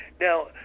Now